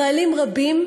ישראלים רבים,